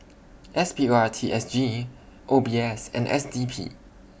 S P O R T S G O B S and S D P